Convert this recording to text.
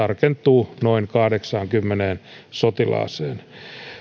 tarkentuu noin kahdeksaankymmeneen sotilaaseen